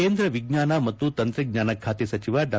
ಕೇಂದ್ರ ವಿಜ್ಞಾನ ಮತ್ತು ತಂತ್ರಜ್ಞಾನ ಖಾತೆ ಸಚಿವ ಡಾ